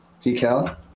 decal